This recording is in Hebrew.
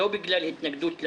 זה לא בגלל התנגדות לנושא,